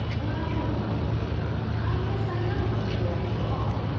i don't know i guess i am hungry, after all.